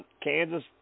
Kansas